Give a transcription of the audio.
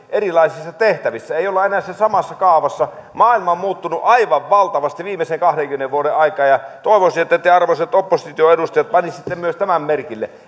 erilaisissa tehtävissä ei olla enää siinä samassa kaavassa maailma on muuttunut aivan valtavasti viimeisen kahdenkymmenen vuoden aikana ja toivoisin että te arvoisat opposition edustajat panisitte myös tämän merkille